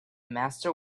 master